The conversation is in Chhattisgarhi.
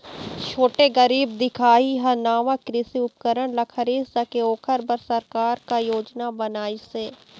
छोटे गरीब दिखाही हा नावा कृषि उपकरण ला खरीद सके ओकर बर सरकार का योजना बनाइसे?